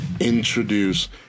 introduce